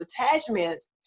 attachments